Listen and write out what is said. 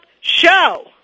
Show